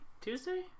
Tuesday